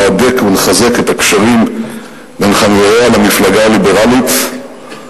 להדק ולחזק את הקשרים בין חבריה למפלגה הליברלית,